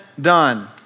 done